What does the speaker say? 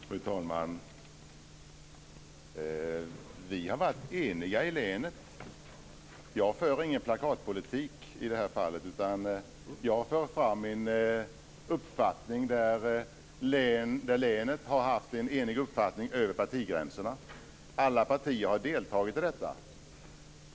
Fru talman! Vi har varit eniga i länet. Jag för ingen plakatpolitik i det här fallet, utan jag för fram min uppfattning, och man har i länet haft en enig uppfattning över partigränserna. Alla partier har deltagit i detta.